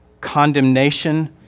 condemnation